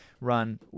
run